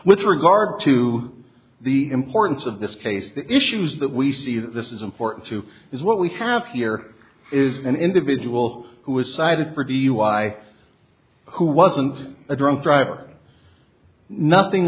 with regard to the importance of this case the issues that we see this is important too is what we have here is an individual who was cited for dui who wasn't a drunk driver nothing